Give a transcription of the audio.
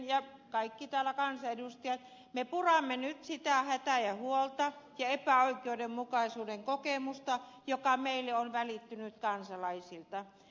täällä kaikki me kansanedustajat puramme nyt sitä hätää ja huolta ja epäoikeudenmukaisuuden kokemusta joka meille on välittynyt kansalaisilta